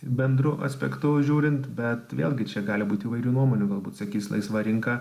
bendru aspektu žiūrint bet vėlgi čia gali būt įvairių nuomonių galbūt sakys laisva rinka